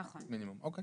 נכון.